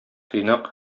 тыйнак